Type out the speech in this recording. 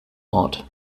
ort